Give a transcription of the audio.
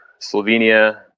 Slovenia